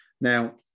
Now